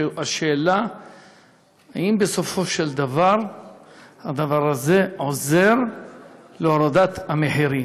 השאלה היא אם בסופו של דבר הדבר הזה עוזר בהורדת המחירים.